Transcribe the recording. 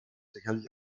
sicherlich